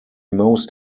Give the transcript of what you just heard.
most